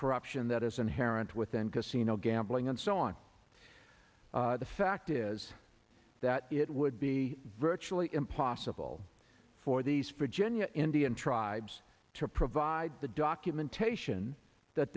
corruption that is inherent within casino gambling and so on the fact is that it would be virtually impossible for these virginia indian tribes to provide the documentation that